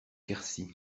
quercy